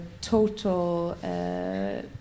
total